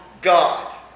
God